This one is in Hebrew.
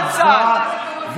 עברה,